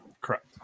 Correct